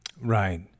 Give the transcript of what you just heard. Right